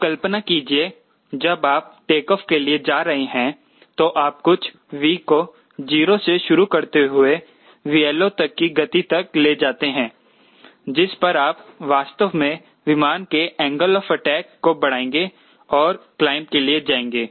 अब कल्पना कीजिए जब आप टेक ऑफ के लिए जा रहे हैं तो आप कुछ V को 0 से शुरू करते हुए 𝑉LO तक की गति तक ले जाते हैं जिस पर आप वास्तव में विमान के एंगल ऑफ अटैक को बढ़ाएंगे और क्लाइंब के लिए जाएंगे